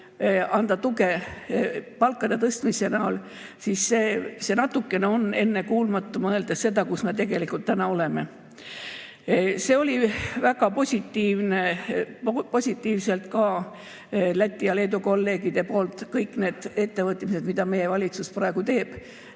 anda tuge palkade tõstmise näol, siis see on natuke ennekuulmatu, mõeldes seda, kus me täna oleme. See oli väga positiivselt ka Läti ja Leedu kolleegide poolt ette toodud: kõik need ettevõtmised, mida meie valitsus praegu teeb.